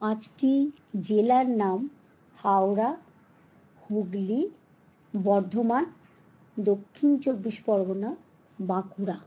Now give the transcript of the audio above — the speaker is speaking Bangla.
পাঁচটি জেলার নাম হাওড়া হুগলি বর্ধমান দক্ষিণ চব্বিশ পরগনা বাঁকুড়া